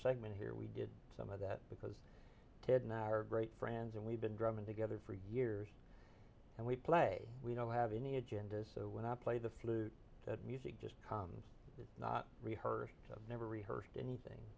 segment here we did some of that because ted and i are great friends and we've been drumming together for years and we play we don't have any agendas so when i play the flute music just comes it's not rehearsed never rehearsed anything